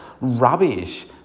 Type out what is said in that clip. rubbish